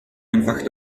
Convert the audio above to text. einfach